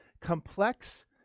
complex